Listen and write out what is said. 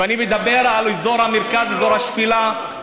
ואני מדבר על אזור המרכז, אזור השפלה.